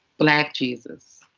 black jesus!